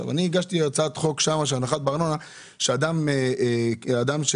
הגשתי הצעת חוק שאדם שפרש